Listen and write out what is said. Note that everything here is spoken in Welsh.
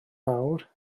mawr